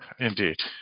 Indeed